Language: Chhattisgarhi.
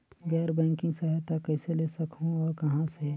गैर बैंकिंग सहायता कइसे ले सकहुं और कहाँ से?